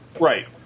Right